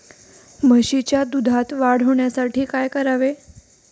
म्हशीच्या दुधात वाढ होण्यासाठी काय करावे?